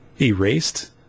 erased